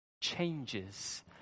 changes